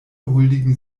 huldigen